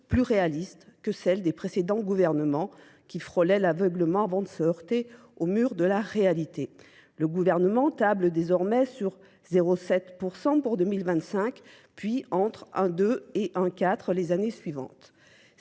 plus réalistes que celles des précédents gouvernements qui frôlaient l'aveuglement avant de se heurter au mur de la réalité. Le gouvernement table désormais sur 0,7% pour 2025, puis entre 1,2 et 1,4 les années suivantes.